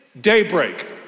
daybreak